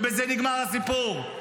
ובזה נגמר הסיפור.